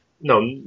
No